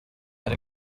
that